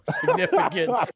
significance